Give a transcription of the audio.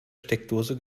steckdose